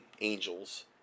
angels